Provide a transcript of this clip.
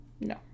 No